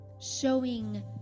Showing